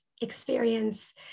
experience